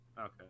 Okay